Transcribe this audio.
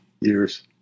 years